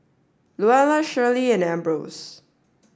Luella Shirlie and Ambrose